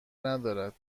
ندارد